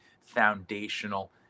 foundational